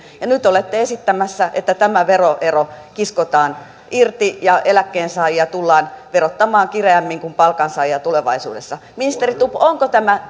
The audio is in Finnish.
ja nyt te olette esittämässä että tämä veroero kiskotaan irti ja eläkkeensaajia tullaan verottamaan kireämmin kuin palkansaajia tulevaisuudessa ministeri stubb onko tämä